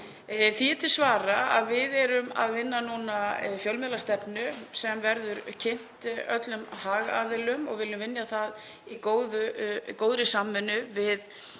Því er til að svara að við erum að vinna fjölmiðlastefnu sem verður kynnt öllum hagaðilum og viljum vinna hana í góðri samvinnu við